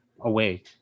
away